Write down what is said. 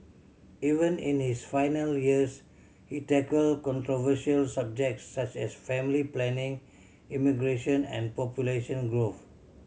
even in his final years he tackled controversial subjects such as family planning immigration and population growth